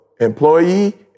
employee